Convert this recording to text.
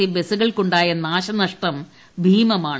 C ബസുകൾക്കുണ്ടായ നാശനഷ്ടം ഭീമമാണ്